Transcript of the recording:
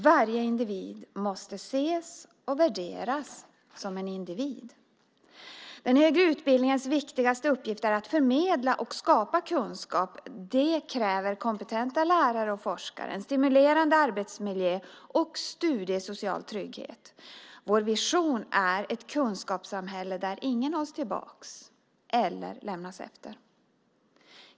Varje individ måste ses och värderas som en individ. Den högre utbildningens viktigaste uppgift är att förmedla och skapa kunskap. Det kräver kompetenta lärare och forskare, en stimulerande arbetsmiljö och studiesocial trygghet. Vår vision är ett kunskapssamhälle där ingen hålls tillbaka eller lämnas efter.